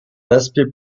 aspect